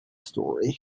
story